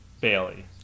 bailey